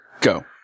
go